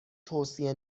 توصیه